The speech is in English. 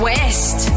West